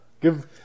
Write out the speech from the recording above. Give